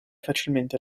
facilmente